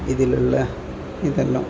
ഇതിലുള്ള ഇതെല്ലാം